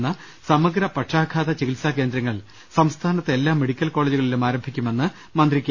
ക്കുന്ന സമഗ്ര പക്ഷാഘാത ചികിത്സാകേന്ദ്രങ്ങൾ സംസ്ഥാനത്തെ എല്ലാ മെഡി ക്കൽ കോളേജുകളിലും ആരംഭിക്കുമെന്ന് മന്ത്രി കെ